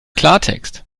klartext